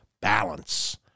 Balance